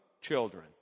children